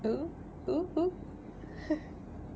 oo oo oo